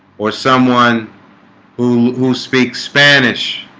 or someone who who speaks spanish?